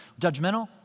judgmental